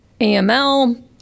AML